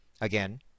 again